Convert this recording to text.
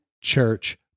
church